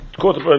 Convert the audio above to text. quarter